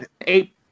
eight